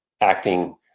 acting